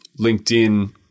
LinkedIn